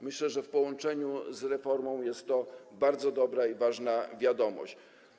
Myślę, że w połączeniu z reformą jest to bardzo dobra i ważna wiadomość.